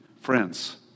friends